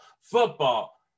football